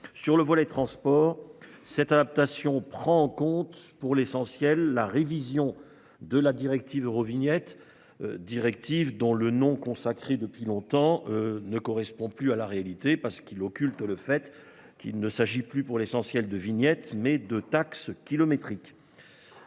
Sur le volet transport cette adaptation prend en compte pour l'essentiel la révision de la directive Eurovignette. Directive dont le nom consacré depuis longtemps ne correspond plus à la réalité parce qu'il occulte le fait qu'il ne s'agit plus pour l'essentiel de vignettes, mais de taxe kilométrique.